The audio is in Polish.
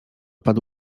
padł